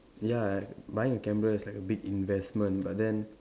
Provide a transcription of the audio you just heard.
ya buying a camera is like a big investment but then